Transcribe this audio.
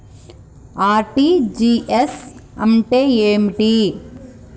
RTGS అంటే ఏమిటి?